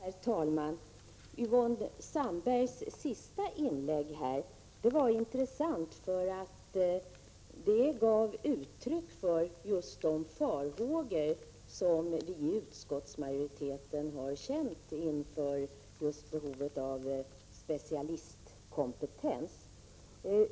Herr talman! Yvonne Sandberg-Fries senaste inlägg var intressant. Det 20 maj 1987 gav belägg för just de farhågor som vi i utskottsmajoriteten har känt beträffande behovet av specialistkompetens.